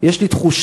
יש לי תחושה,